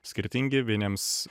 skirtingi vieniems